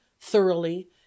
thoroughly